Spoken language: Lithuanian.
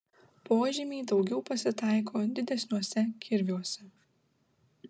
požymiai daugiau pasitaiko didesniuose kirviuose